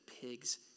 pigs